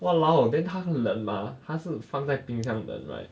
!walao! then 他很冷 mah 他是放在冰箱冷 right